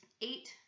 eight